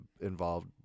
involved